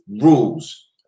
rules